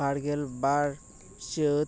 ᱵᱟᱨ ᱜᱮᱞ ᱵᱟᱨ ᱪᱟᱹᱛ